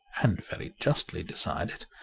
and very justly decided,